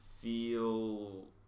feel